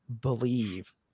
believe